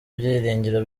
byiringiro